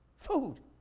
food!